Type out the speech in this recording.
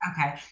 okay